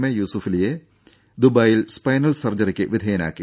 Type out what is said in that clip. A യൂസുഫലിയെ ദുബായിൽ spinal സർജറിയ്ക്ക് വിധേയനാക്കി